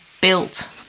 built